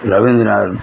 Ravindranathan